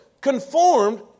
Conformed